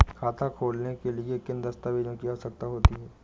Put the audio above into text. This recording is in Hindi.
खाता खोलने के लिए किन दस्तावेजों की आवश्यकता होती है?